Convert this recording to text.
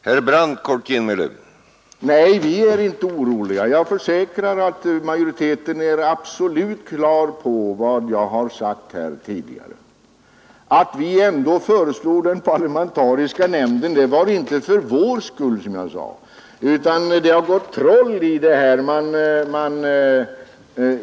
Herr talman! Nej, vi är inte oroliga. Jag försäkrar att majoriteten är helt på det klara med vad jag har sagt här tidigare. Att vi ändå föreslagit den parlamentariska nämnden är, som jag sade, inte för vår skull, utan det har ju gått troll i det här.